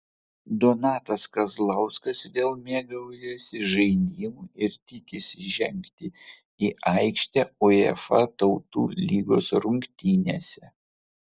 donatas kazlauskas vėl mėgaujasi žaidimu ir tikisi žengti į aikštę uefa tautų lygos rungtynėse